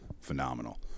Phenomenal